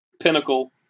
Pinnacle